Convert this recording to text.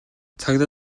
цагдаа